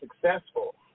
successful